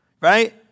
Right